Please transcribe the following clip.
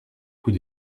cous